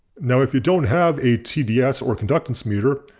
now if you don't have a tds or conductance meter,